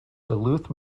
duluth